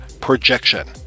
PROJECTION